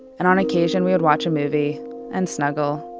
and on occasion we would watch a movie and snuggle.